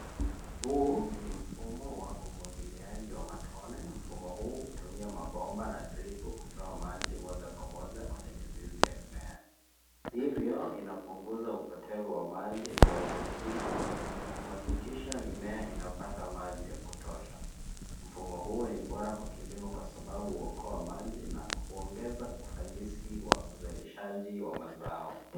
Huu ni mfumo wa umwagiliaji wa matone. Mfumo huu hutumia mabomba na dripu kutoa maji moja kwa moja kwenye mizizi ya mimea. Hivyo, inapunguza upotevu wa maji kwa ufufukizi na kuhakikisha mimea inapata maji ya kutosha. Mfumo huu ni bora kwa kilimo kwa sababu huokoa maji na kuongeza ufanisi wa uzalishaji wa mazao.